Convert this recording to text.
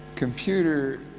computer